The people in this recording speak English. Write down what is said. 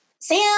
Sam